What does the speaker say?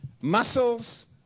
muscles